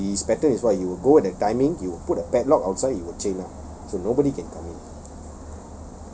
the second one his pattern is what he will go at a timing he will put a padlock outside he will chain up so nobody can come in